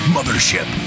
Mothership